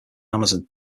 amazon